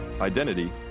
identity